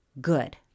good